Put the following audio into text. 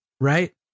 right